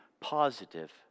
positive